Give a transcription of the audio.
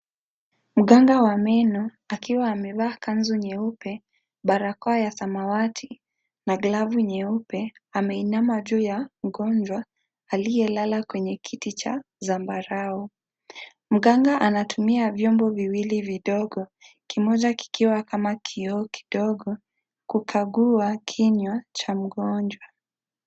Mganga wa meno akiwa amevaa kanzu nyeupe, barakoa ya samawati na glavu nyeupe ameinama juu ya mgonjwa aliyelala kwenye kiti cha zambarau. Mganga anatumia vyombo viwili vidogo, kimoja kikiwa kama kioo kidogo kukagua kinywa cha mgonjwa.